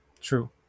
True